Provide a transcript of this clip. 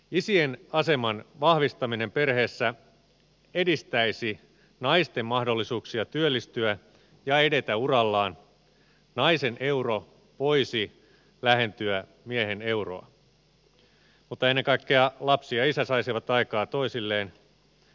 isien aseman vahvistaminen perheessä edistäisi naisten mahdollisuuksia työllistyä ja edetä urallaan naisen euro voisi lähentyä miehen euroa mutta ennen kaikkea lapsi ja isä saisivat aikaa toisilleen